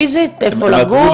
פיסית, איפה לגור?